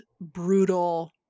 brutal